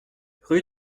rue